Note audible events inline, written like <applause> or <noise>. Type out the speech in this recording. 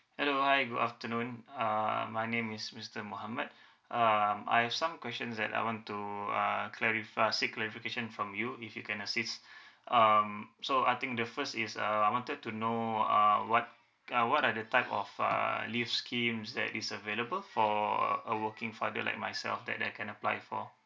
hello hi good afternoon uh my name is mister mohamad um I have some questions that I want to uh clarify seek clarification from you if you can assist <breath> um so I think the first is uh I wanted to know uh what are what are the type of uh leaves schemes that is available for a a working father like myself that that I can apply for